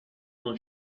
non